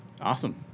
Awesome